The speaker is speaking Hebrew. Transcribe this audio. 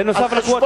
נוסף על הקווטות?